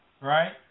right